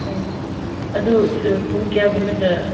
ꯍꯥꯏꯕꯗꯤ ꯑꯗꯨ ꯄꯨꯡ ꯀꯌꯥꯒꯨꯝꯕꯗ